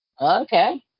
Okay